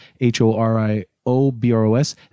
H-O-R-I-O-B-R-O-S